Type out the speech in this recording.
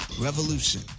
revolution